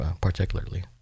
particularly